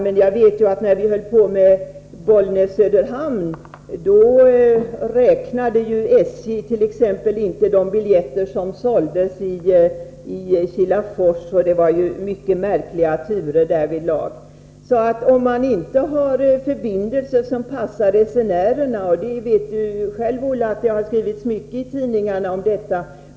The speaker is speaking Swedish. Men jag vet att när det gällde Bollnäs-Söderhamn räknade SJ t.ex. inte de biljetter som såldes i Kilafors. Det var mycket märkliga turer därvidlag. Olle Östrand vet ju själv att det har skrivits mycket om förbindelser som inte passar resenärerna.